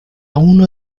uno